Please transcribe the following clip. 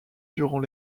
durant